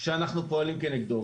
שאנחנו פועלים כנגדו.